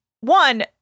one